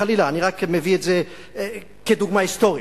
חלילה, אני רק מביא את זה כדוגמה היסטורית.